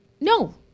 No